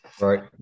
right